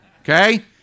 okay